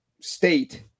state